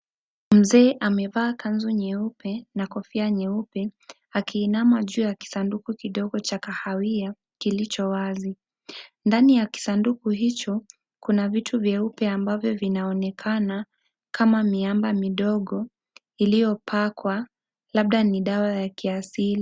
Mzee amevaa kanzu nyeupe na kofia nyeupe akiinama juu ya kisanduku kidogo cha kahawia kilicho wazi. Ndani ya kisanduku hicho kuna vitu vyeupe ambavyo vinaonekana kama miamba midogo iliyopakwa, labda ni dawa ya kiasili.